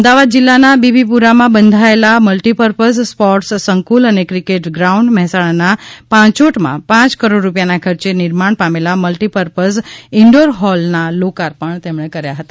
અમદાવાદ જિલ્લાના બીબીપ્રરામાં બંધાયેલા મલ્ટીપર્પઝ સ્પોર્ટસ સંકુલ અને ક્રિકેટ ગાઉન્ડ મહેસાણાના પાંચોટમાં પ કરોડ રૂપિયાના ખર્ચે નિર્માણ પામેલા મલ્ટીપર્પઝ ઇન્ડોર હોલના લોકાર્પણ કર્યા હતા